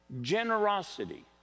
generosity